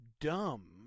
dumb